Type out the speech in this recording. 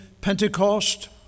Pentecost